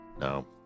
No